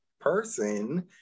person